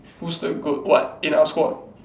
who's the goat what in our squad